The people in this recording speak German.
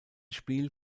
spiel